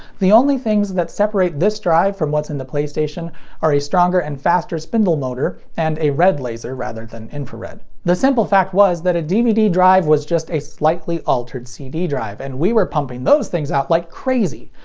the only things that separate this drive from what's in the playstation are a stronger and faster spindle motor, and a red laser rather than infrared. the simple fact was that a dvd drive was just a slightly altered cd drive, and we were pumping those things out like crazy.